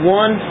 one